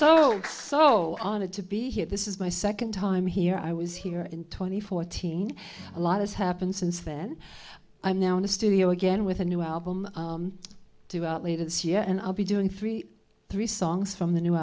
so so honored to be here this is my second time here i was here in twenty fourteen a lot of happened since then i'm now in a studio again with a new album due out later this year and i'll be doing three three songs from the new